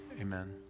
Amen